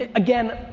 ah again,